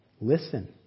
Listen